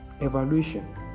evaluation